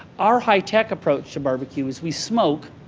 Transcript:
our high-tech approach to barbecue is we smoke.